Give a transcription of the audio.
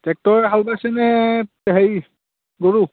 ট্ৰেক্টৰে হাল বাইছেনে হেৰি গৰু